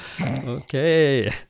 Okay